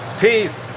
Peace